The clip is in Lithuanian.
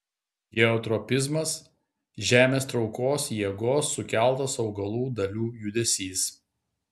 geotropizmas žemės traukos jėgos sukeltas augalų dalių judesys